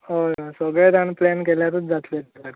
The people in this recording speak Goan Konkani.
हय सगळे जाण प्लॅन केल्यारूच जातले तें सारके